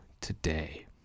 today